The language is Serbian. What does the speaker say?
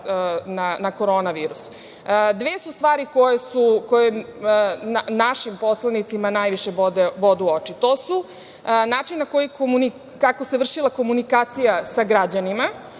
na Korona virus. Dve su stvari koje našim poslanicima najviše bodu oči. To je način kako se vršila komunikacija sa građanima